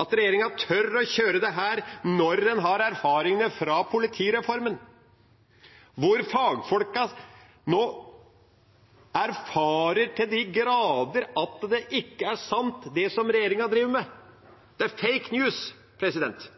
At regjeringa tør å kjøre dette når en har erfaringene fra politireformen, der fagfolkene nå erfarer – til de grader – at det ikke er sant, det som regjeringa driver med. Det er